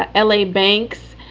ah l a. banks,